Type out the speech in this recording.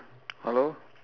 hello